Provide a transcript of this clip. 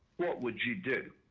what would you do?